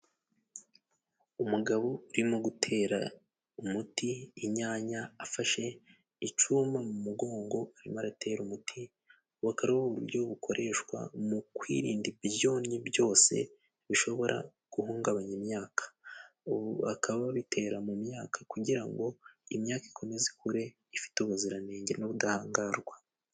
Umugabo urimo gutera umuti inyanya, afashe icuma mu mugongo arimo aratera umuti. Ubu bukaba ari uburyo bukoreshwa mu kwirinda ibyonnyi byose bishobora guhungabanya imyaka. Ubu bakaba babitera mu myaka kugira ngo imyaka ikomeze ikure ifite ubuziranenge n'ubudahangarwa.